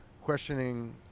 questioning